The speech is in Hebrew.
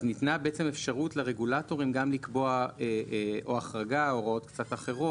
אז ניתנה בעצם אפשרות לרגולטורים גם לקבוע החרגה או הוראות קצת אחרות.